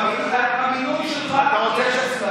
למינוי שלך יש,